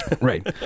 Right